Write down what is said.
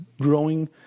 growing